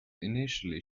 initially